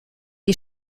die